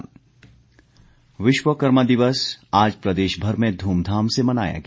विश्वकर्मा विश्वकर्मा दिवस आज प्रदेशभर में धूमधाम से मनाया गया